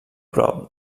prop